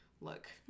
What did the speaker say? look